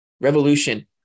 Revolution